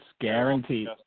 guaranteed